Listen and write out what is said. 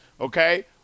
okay